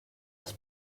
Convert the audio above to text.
els